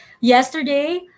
yesterday